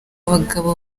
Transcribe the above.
bagabo